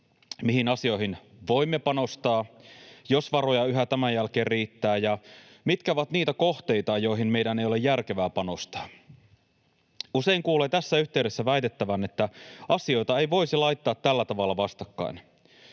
mihin asioihin voimme panostaa, jos varoja yhä tämän jälkeen riittää, ja mitkä ovat niitä kohteita, joihin meidän ei ole järkevää panostaa. Usein kuulee tässä yhteydessä väitettävän, että asioita ei voisi laittaa tällä tavalla vastakkain.